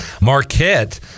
Marquette